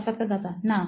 সাক্ষাৎকারদাতা না